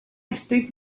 estoy